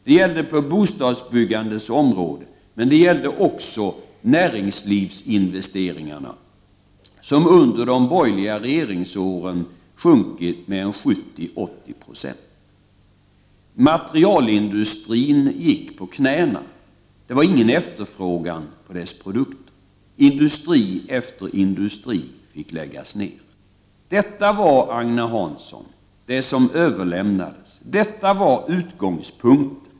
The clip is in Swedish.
Det gällde bostadsbyggandet men även näringslivets investeringar, som under de borgerliga regeringsåren sjunkit med 70-80 26. Materialindustrin gick på knäna. Det fanns ingen efterfrågan på dess produkter. Industri efter industri fick läggas ned. Det var, Agne Hansson, det som överlämnades. Detta var utgångspunkten.